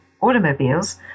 automobiles